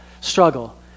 struggle